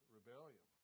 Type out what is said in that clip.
rebellion